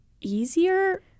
easier